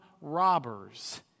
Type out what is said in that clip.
robbers